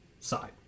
side